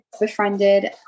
befriended